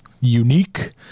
unique